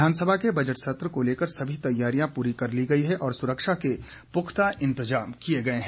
विधानसभा के बजट सत्र को लेकर सभी तैयारियां पूरी कर ली गई है और सुरक्षा के पुख्ता इंतजाम किए गए हैं